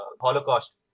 holocaust